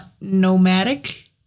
nomadic